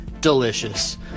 delicious